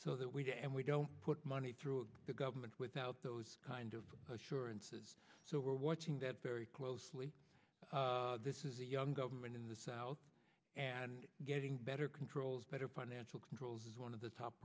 so that we do and we don't put money through the government without those kind of assurances so we're watching that very closely this is a young government in the south and getting better controls better financial controls is one of the top